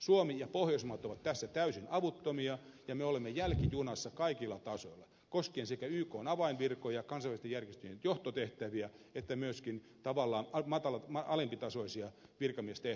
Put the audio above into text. suomi ja pohjoismaat ovat tässä täysin avuttomia ja me olemme jälkijunassa kaikilla tasoilla koskien sekä ykn avainvirkoja kansainvälisten järjestöjen johtotehtäviä että myöskin tavallaan alempitasoisia virkamiestehtäviä